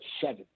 seven